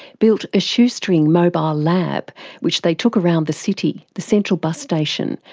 built a shoestring mobile lab which they took around the city, the central bus station,